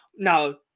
Now